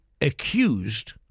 accused